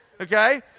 Okay